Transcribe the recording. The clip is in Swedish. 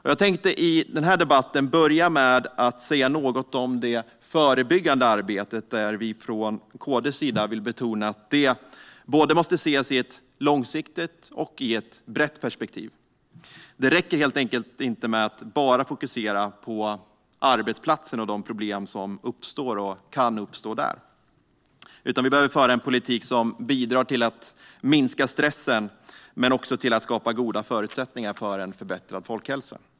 I denna debatt tänkte jag börja med att säga något om det förebyggande arbetet, där vi från KD:s sida vill betona att det måste ses i både ett långsiktigt och ett brett perspektiv. Det räcker helt enkelt inte att bara fokusera på arbetsplatsen och de problem som uppstår, och kan uppstå, där. Vi behöver föra en politik som bidrar till att minska stressen men också till att skapa goda förutsättningar för en förbättrad folkhälsa.